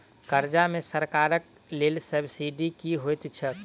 कर्जा मे सरकारक देल सब्सिडी की होइत छैक?